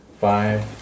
five